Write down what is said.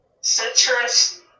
Citrus